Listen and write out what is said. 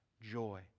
joy